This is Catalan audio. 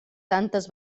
tantes